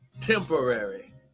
temporary